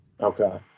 Okay